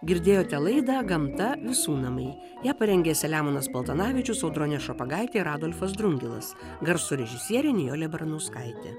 girdėjote laidą gamta visų namai ją parengė selemonas paltanavičius audronė šopagaitė ir adolfas drungilas garso režisierė nijolė baranauskaitė